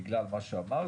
בגלל מה שאמרת,